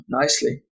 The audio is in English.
nicely